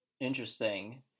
Interesting